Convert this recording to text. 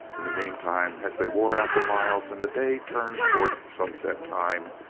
in the meantime, as they wore out the miles and the day turned towards sunset time,